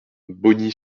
bogny